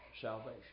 salvation